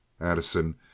Addison